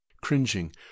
cringing